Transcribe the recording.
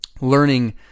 learning